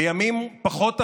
בימים פחות אפלים,